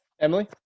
Emily